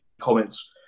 comments